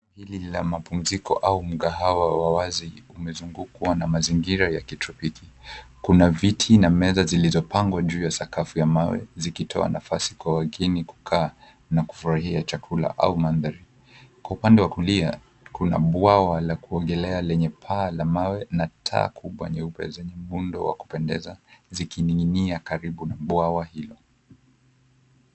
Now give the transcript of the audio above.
Hili ni la mapumziko au mkahawa wa wazi. Limezungukwa na mazingira ya kitropiki. Kuna viti na meza zilizopangwa juu ya sakafu ya mawe zikitoa nafasi kwa wageni kukaa na kufurahia chakula au mandhari. Kwa upande wa kulia kuna bwawa la kuogelea lenye paa la mawe na taa kubwa nyeupe zenye muundo wa kupendeza zikining'inia karibu na bwawa hilo.